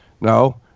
No